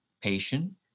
patient